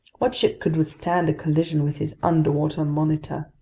what ship could withstand a collision with his underwater monitor?